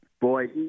Boy